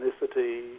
ethnicity